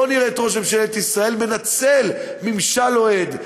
בואו נראה את ראש ממשלת ישראל מנצל ממשל אוהד,